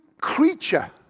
creature